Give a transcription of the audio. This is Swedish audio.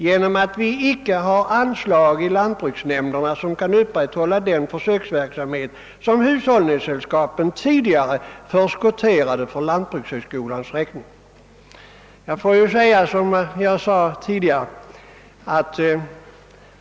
Lantbruksnämnderna har helt enkelt inte anslag tillräckligt för att upprätthålla den försöksverksamhet för lantbrukshögskolans räkning som hushållningssällskapen tidigare förskotterade medel för.